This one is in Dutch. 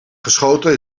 geschoten